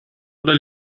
oder